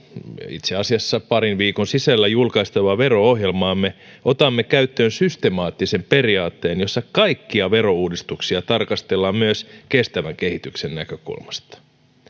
itse asiassa parin viikon sisällä julkaistavaa vero ohjelmaamme otamme käyttöön systemaattisen periaatteen jossa kaikkia verouudistuksia tarkastellaan myös kestävän kehityksen näkökulmasta